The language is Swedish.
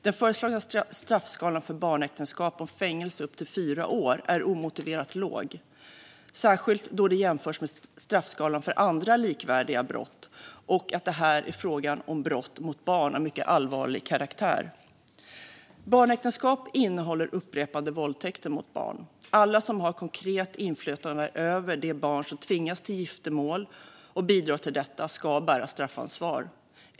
Den föreslagna straffskalan för barnäktenskap, fängelse upp till fyra år, är omotiverat låg - särskilt då den jämförs med straffskalan för andra likvärdiga brott och med tanke på att det här är fråga om brott mot barn av mycket allvarlig karaktär. Barnäktenskap innehåller upprepade våldtäkter mot barn. Alla som har konkret inflytande över de barn som tvingas till giftermål och bidrar till detta ska bära straffansvar.